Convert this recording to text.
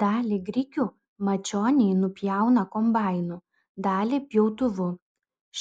dalį grikių mačioniai nupjauna kombainu dalį pjautuvu